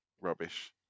rubbish